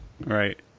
Right